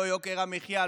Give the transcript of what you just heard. לא יוקר המחיה,